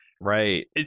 right